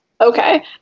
Okay